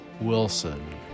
Wilson